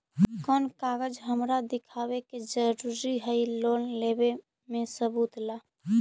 कौन कागज हमरा दिखावे के जरूरी हई लोन लेवे में सबूत ला?